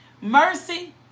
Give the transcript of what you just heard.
Mercy